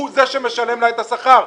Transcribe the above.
הוא זה שמשלם לה את השכר.